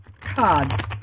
cards